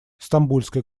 стамбульская